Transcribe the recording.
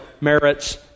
merits